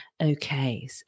okay